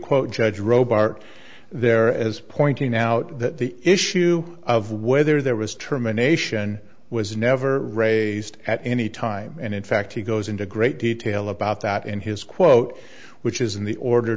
quote judge row bar there as pointing out that the issue of whether there was terminations was never raised at any time and in fact he goes into great detail about that in his quote which is in the order